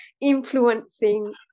influencing